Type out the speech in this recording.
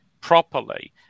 properly